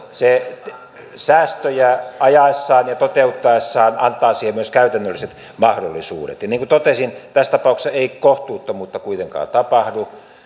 se säästöjä ajaessaan ja toteuttaessaan antaa siihen myös käytännölliset mahdollisuudet ja niin kuin totesin tässä tapauksessa ei kohtuuttomuutta kuitenkaan tapahdu